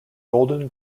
golden